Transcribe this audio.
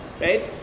right